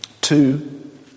Two